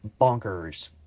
bonkers